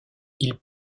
ils